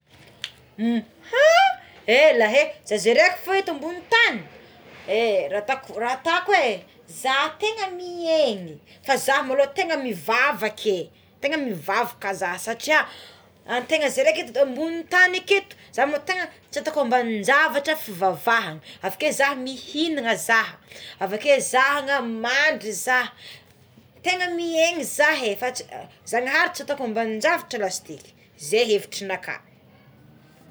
Ha ela é fa zah ze raiky fogna eto ambony tany e raha ataoko é fa za tegna miaigna fa za malôha tegna mivavaka é tegna mivavaka zah satria antegna za raiky eto ambony tany akagny aketo za tsy ataoko ambaninjavatra fivavahana avekeo za mihinana za avakeo za mandry za tegna miaigna zaha é fa ts- Zanahary tsy ataoko ambani-javatra lasiteky zay le hevitrinaka.